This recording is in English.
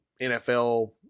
NFL